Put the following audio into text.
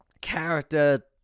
character